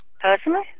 personally